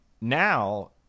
now